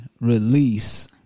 release